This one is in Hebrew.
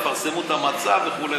ויפרסמו את המצע וכו'.